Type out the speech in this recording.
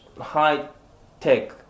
high-tech